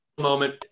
moment